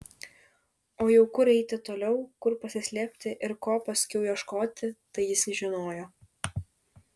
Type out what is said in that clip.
o jau kur eiti toliau kur pasislėpti ir ko paskiau ieškoti tai jis žinojo